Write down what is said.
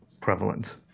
prevalent